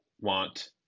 want